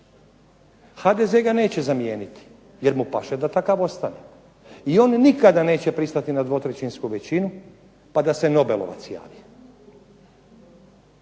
HDZ ga neće zamijeniti, jer mu paše da takav ostane. I on nikada neće pristati na dvotrećinsku većinu, pa da se nobelovac javi.